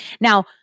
Now